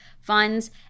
funds